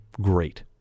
great